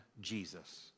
Jesus